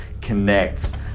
connects